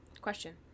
Question